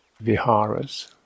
viharas